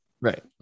Right